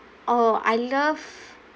oh I love